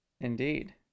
Indeed